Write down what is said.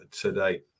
today